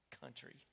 country